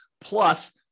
plus